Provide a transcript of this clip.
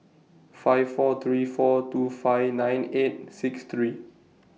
five four three four two five nine eight six three